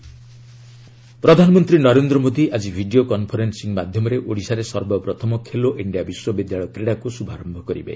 PM Khelo India ପ୍ରଧାନମନ୍ତ୍ରୀ ନରେନ୍ଦ୍ର ମୋଦି ଆଜି video conferencing ମାଧ୍ୟମରେ ଓଡ଼ିଶାରେ ସର୍ବପ୍ରଥମ ଖୋଲୋ ଇଞ୍ଜିଆ ବିଶ୍ୱବିଦ୍ୟାଳୟ କ୍ରୀଡ଼ାକୁ ଶୁଭାରମ୍ଭ କରିବେ